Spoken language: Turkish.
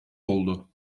oldu